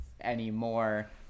anymore